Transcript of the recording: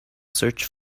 search